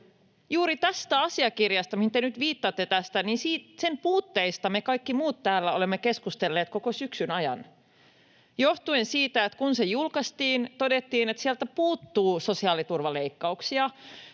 juuri tästä asiakirjasta, mihin te nyt viittaatte tässä. Sen puutteista me kaikki muut täällä olemme keskustelleet koko syksyn ajan, johtuen siitä, että kun se julkaistiin, todettiin, että sieltä puuttuu sosiaaliturvaleikkauksia,